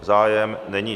Zájem není.